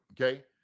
okay